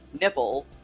nipple